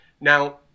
Now